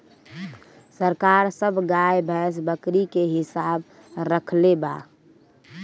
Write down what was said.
सरकार सब गाय, भैंस, बकरी के हिसाब रक्खले बा